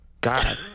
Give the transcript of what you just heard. God